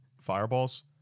Fireballs